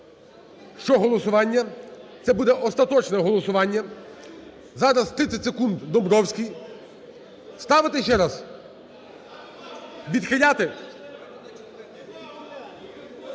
щодо голосування. Це буде остаточне голосування. Зараз 30 секунд - Домбровський. Ставити ще раз? (Шум